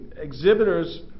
exhibitors